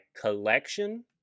collection